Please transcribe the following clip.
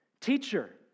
teacher